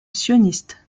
sioniste